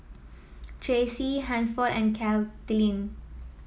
Tracie Hansford and Caitlyn